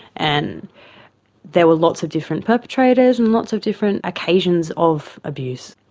and there were lots of different perpetrators and lots of different occasions of abuse.